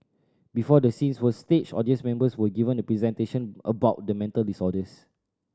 before the scenes were staged audience members were given a presentation about the mental disorders